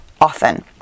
often